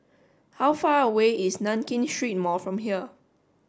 how far away is Nankin Street Mall from here